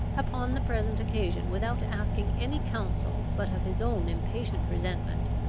upon the present occasion, without asking any counsel but of his own impatient resentment,